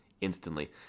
instantly